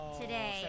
today